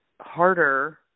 harder